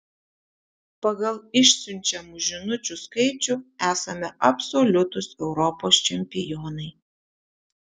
pagal išsiunčiamų žinučių skaičių esame absoliutūs europos čempionai